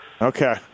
Okay